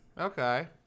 Okay